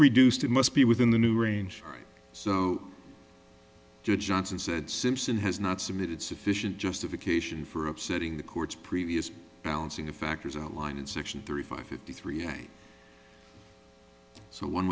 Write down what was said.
reduced it must be within the new range so johnson said simpson has not submitted sufficient justification for upsetting the court's previous balancing of factors outlined in section thirty five fifty three and so one